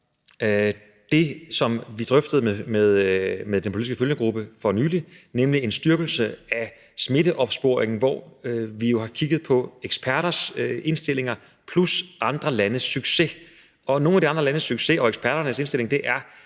det, som vi drøftede med den politiske følgegruppe for nylig, nemlig en styrkelse af smitteopsporingen, hvor vi jo har kigget på eksperters indstillinger plus andre landes succes. Og nogle af de andre landes succes og eksperternes indstilling handler